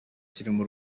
kirimo